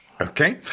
Okay